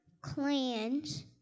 clans